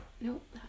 nope